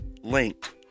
linked